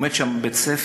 עומד שם בית-ספר.